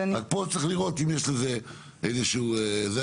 אז פה צריך לראות אם לזה איזשהו זה,